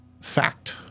fact